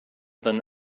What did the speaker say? than